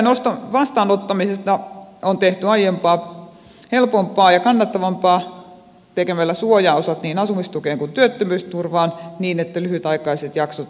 työn vastaanottamisesta on tehty aiempaa helpompaa ja kannattavampaa tekemällä suojaosat niin asumistukeen kuin työttömyysturvaan niin että lyhytaikaiset jaksot ovat kannattavia